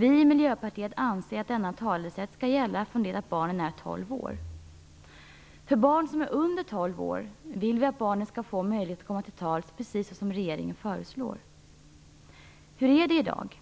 Vi i Miljöpartiet anser att denna talerätt skall gälla från det att barnen är tolv år. Vi vill att barn under tolv år skall få möjlighet att komma till tals precis på det sätt som regeringen föreslår. Hur är det i dag?